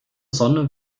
sonne